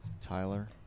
Tyler